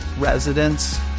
residents